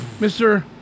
Mr